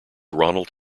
ronald